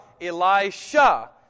Elisha